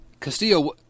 Castillo